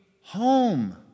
home